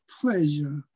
pleasure